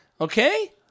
Okay